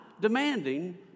demanding